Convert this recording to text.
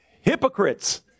hypocrites